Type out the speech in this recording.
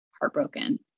heartbroken